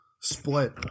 split